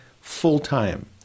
full-time